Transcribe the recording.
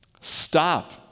Stop